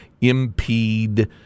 impede